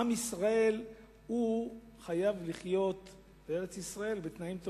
עם ישראל חייב לחיות בארץ-ישראל בתנאים טובים.